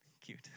Cute